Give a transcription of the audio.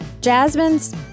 Jasmine's